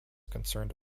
concerned